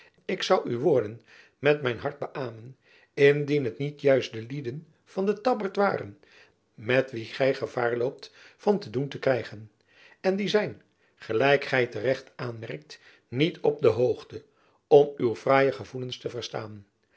ik zoû uw woorden met mijn hart beämen indien het niet juist de lieden van den tabbert waren met wie gy gevaar loopt van te doen te krijgen en die zijn gelijk gy te recht aanmerkt niet op de hoogte om uw fraaie gevoelens te verstaan